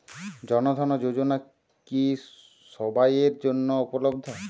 জন ধন যোজনা কি সবায়ের জন্য উপলব্ধ?